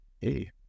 hey